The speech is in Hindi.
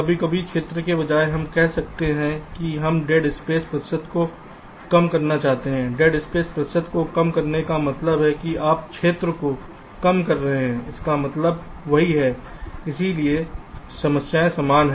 कभी कभी क्षेत्र के बजाय हम कह सकते हैं कि हम डेड स्पेस प्रतिशत को कम करना चाहते हैं डेड स्पेस प्रतिशत को कम करने का मतलब है कि आप क्षेत्र को कम कर रहे हैं इसका मतलब वही है इसलिए समस्याएं समान हैं